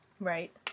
Right